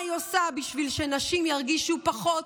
מה היא עושה בשביל שנשים ירגישו פחות,